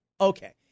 Okay